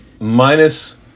minus